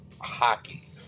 hockey